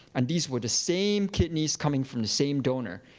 and these were the same kidneys coming from the same donor.